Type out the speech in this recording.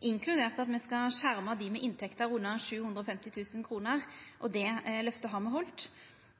inkludert at me skal skjerma dei med inntekter under 750 000 kr. Det løftet har med halde.